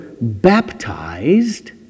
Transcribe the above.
baptized